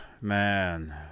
man